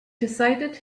decided